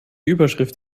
überschrift